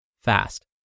fast